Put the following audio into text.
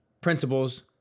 principles